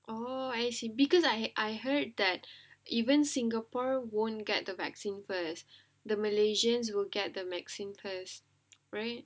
oh I see because I I heard that even singapore won't get the vaccine first the malaysians will get the vaccine first right